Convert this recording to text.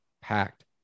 packed